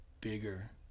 bigger